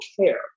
care